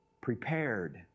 prepared